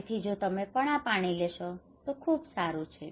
તેથી જો તમે આ પાણી લેશો તો ખૂબ સારું છે